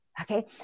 Okay